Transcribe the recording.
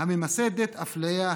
הממסדת אפליה,